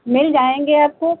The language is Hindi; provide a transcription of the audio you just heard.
मिल जाएंगे आपको